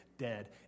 Dead